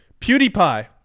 PewDiePie